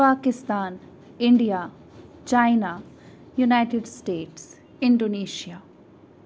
Pakistan India China United States Indonesia